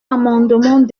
amendement